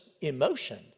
emotion